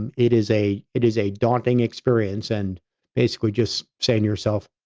and it is a, it is a daunting experience. and basically, just saying yourself,